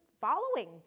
following